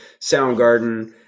Soundgarden